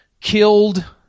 killed